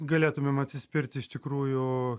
galėtumėm atsispirt iš tikrųjų